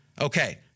Okay